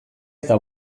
eta